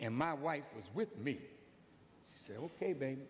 and my wife was with me whe